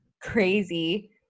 crazy